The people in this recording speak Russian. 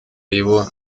его